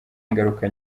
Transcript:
ingaruka